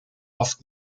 oft